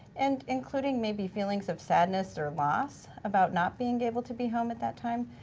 and including maybe feelings of sadness or loss about not being able to be home at that time,